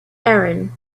erin